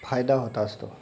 फायदा होता असतो